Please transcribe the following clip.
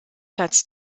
platz